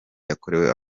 yakorewe